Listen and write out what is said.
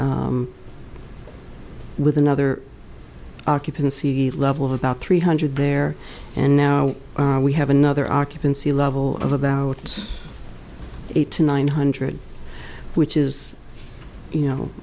with another occupancy level of about three hundred there and now we have another occupancy level of about one thousand nine hundred which is you know